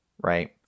Right